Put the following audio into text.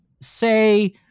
say